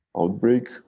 outbreak